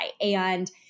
And-